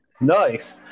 Nice